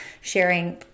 sharing